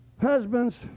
husbands